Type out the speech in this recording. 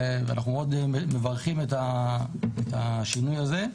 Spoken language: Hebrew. ואנחנו מאוד מברכים על השינוי הזה.